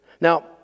Now